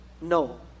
No